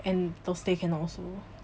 and thursday cannot also